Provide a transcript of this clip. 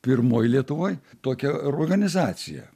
pirmoji lietuvoj tokia organizacija